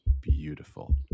beautiful